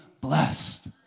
blessed